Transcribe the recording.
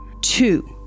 Two